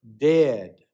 dead